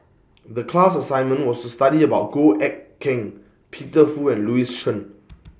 The class assignment was to study about Goh Eck Kheng Peter Fu and Louis Chen